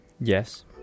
Yes